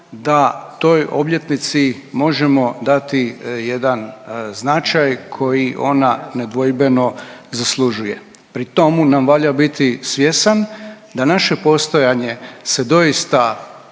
da toj obljetnici možemo dati jedan značaj koji ona nedvojbeno zaslužuje. Pri tomu nam valja biti svjestan da naše postojanje se doista